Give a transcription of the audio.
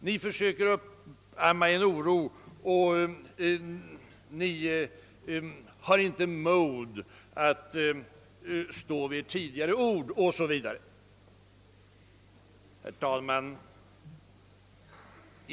Ni försöker uppamma oro, ni har inte mod att stå vid ert ord 0. S. V.